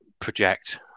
project